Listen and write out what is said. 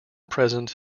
present